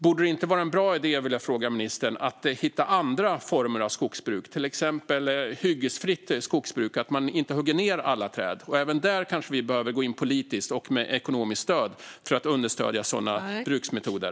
Borde det inte vara en bra idé att hitta andra former av skogsbruk? Det vill jag fråga ministern. Det kan till exempel vara hyggesfritt skogsbruk - att man inte hugger ned alla träd. Även där kanske vi behöver gå in politiskt och med ekonomiskt stöd för att understödja sådana bruksmetoder.